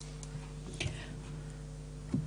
או.קיי.